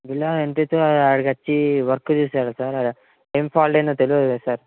bill ఎంతైతుందో ఆడికి వచ్చి వర్క్ చేయాల సార్ ఏమి ఫాల్ట్ అయ్యిందో తెలియదు కదా సార్